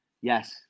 Yes